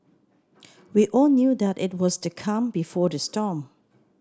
we all knew that it was the calm before the storm